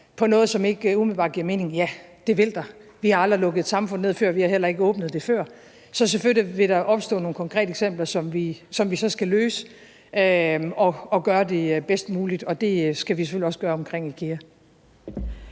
på noget, som ikke umiddelbart giver mening? Ja, det vil der. Vi har aldrig lukket et samfund ned før, og vi har heller ikke åbnet det før, så selvfølgelig vil der opstå nogle konkrete eksempler, som vi så skal løse, og hvor vi skal gøre det bedst muligt, og det skal vi selvfølgelig også gøre omkring IKEA.